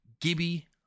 Gibby